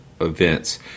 events